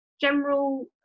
general